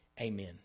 Amen